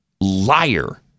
liar